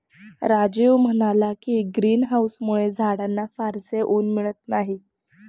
राजीव म्हणाला की, ग्रीन हाउसमुळे झाडांना फारसे ऊन मिळत नाही